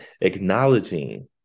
acknowledging